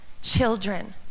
children